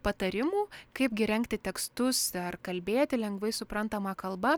patarimų kaip gi rengti tekstus ar kalbėti lengvai suprantama kalba